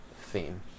Theme